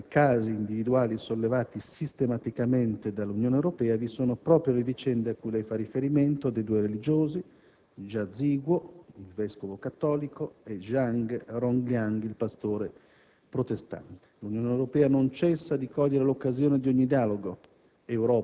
Fra i casi individuali sollevati sistematicamente dalla UE vi sono proprio le vicende a cui lei fa riferimento dei due religiosi, Jia Zhiguo (vescovo cattolico) e Zhang Rongliang (pastore protestante). L'Unione Europea non cessa di cogliere l'occasione di ogni dialogo